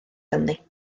ganddi